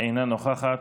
אינה נוכחת,